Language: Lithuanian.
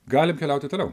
galim keliauti toliau